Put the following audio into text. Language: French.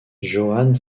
joan